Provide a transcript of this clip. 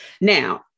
Now